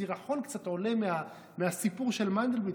קצת סירחון שעולה מהסיפור של מנדלבליט,